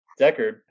deckard